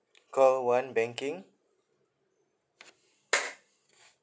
call one banking